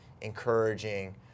encouraging